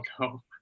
no